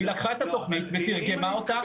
והיא לקחה את התוכנית ותרגמה אותה